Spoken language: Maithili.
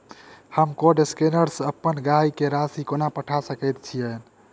हम कोड स्कैनर सँ अप्पन भाय केँ राशि कोना पठा सकैत छियैन?